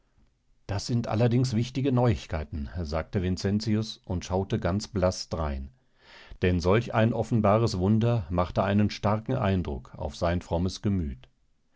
dies sind allerdings wichtige neuigkeiten sagte vincentius und schaute ganz blaß drein denn solch ein offenbares wunder machte einen starken eindruck auf sein frommes gemüt